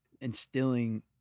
instilling